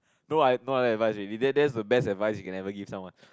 no I no other advice already that that's the best advice you can ever give someone